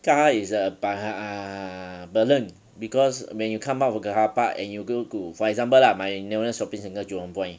car is a bar~ burden because when you come out of the carpark and you go to for example lah my nearest shopping centre jurong point